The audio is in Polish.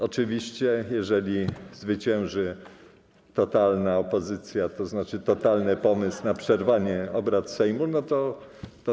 Oczywiście jeżeli zwycięży totalna opozycja, tzn. totalny pomysł na przerwanie obrad Sejmu, to tak się stanie.